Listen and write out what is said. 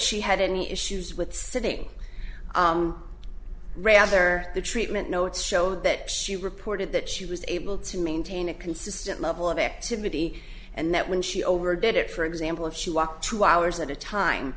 she had any issues with sitting rather the treatment notes show that she reported that she was able to maintain a consistent level of activity and that when she overdid it for example if she walked two hours at a time